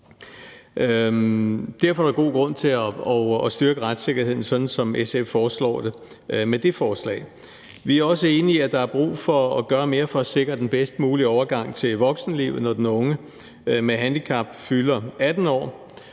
Derfor er der god grund til at styrke retssikkerheden, sådan som SF foreslår det med dette forslag. Vi er også enige i, at der er brug for at gøre mere for at sikre den bedst mulige overgang til voksenlivet, når den unge med handicap fylder 18 år.